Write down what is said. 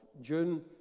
June